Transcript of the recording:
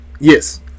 Yes